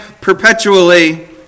perpetually